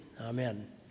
Amen